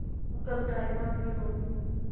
ओह् कदूं टाइम होना थोआड़े कोल